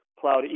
cloud